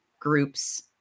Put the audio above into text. groups